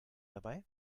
dabei